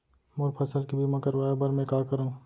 मोर फसल के बीमा करवाये बर में का करंव?